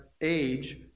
age